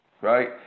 right